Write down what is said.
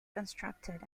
constructed